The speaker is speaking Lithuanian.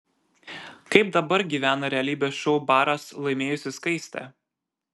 kaip dabar gyvena realybės šou baras laimėjusi skaistė